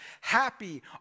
Happy